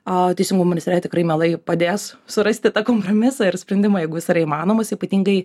o teisingumo ministerija tikrai mielai padės surasti tą kompromisą ir sprendimą jeigu jis yra įmanomas ypatingai